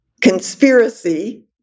conspiracy